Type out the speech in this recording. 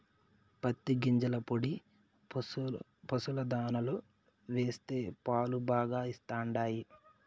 పత్తి గింజల పొడి పశుల దాణాలో వేస్తే పాలు బాగా ఇస్తండాయి